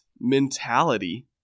mentality